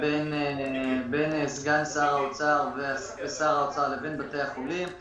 בין סגן שר האוצר ושר האוצר לבין בתי החולים.